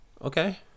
Okay